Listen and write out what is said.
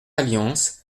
alliances